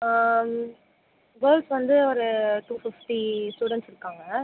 girls வந்து ஒரு two fifty students இருக்காங்கள்